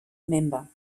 member